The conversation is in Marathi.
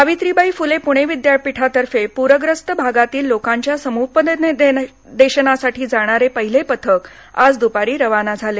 सावित्रीबाई फुले पुणे विद्यापीठातर्फे प्रग्रस्त भागातील लोकांच्या सम्पदेशनासाठी जाणारे पहिले पथक आज दुपारी रवाना झाले